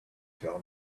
tell